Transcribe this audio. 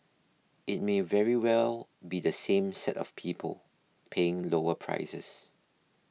it may very well be the same set of people paying lower prices